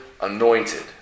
anointed